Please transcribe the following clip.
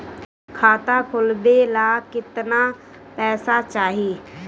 खाता खोलबे ला कितना पैसा चाही?